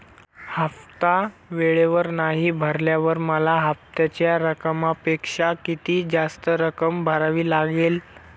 हफ्ता वेळेवर नाही भरल्यावर मला हप्त्याच्या रकमेपेक्षा किती जास्त रक्कम भरावी लागेल?